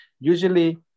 Usually